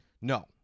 No